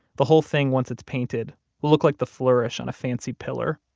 the whole thing once it's painted will look like the flourish on a fancy pillar.